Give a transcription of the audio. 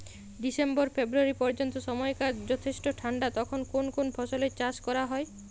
December February পর্যন্ত সময়কাল যথেষ্ট ঠান্ডা তখন কোন কোন ফসলের চাষ করা হয়?